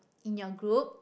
in your group